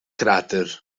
cràter